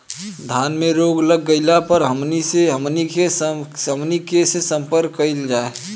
धान में रोग लग गईला पर हमनी के से संपर्क कईल जाई?